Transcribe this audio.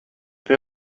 they